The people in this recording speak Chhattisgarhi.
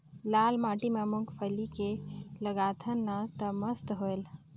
लाल माटी म मुंगफली के लगाथन न तो मस्त होयल?